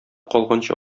калганчы